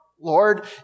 Lord